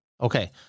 Okay